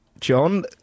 John